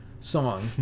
song